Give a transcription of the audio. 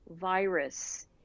virus